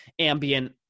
ambient